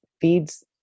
feeds